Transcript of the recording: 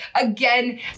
again